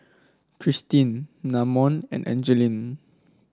Christene Namon and Angeline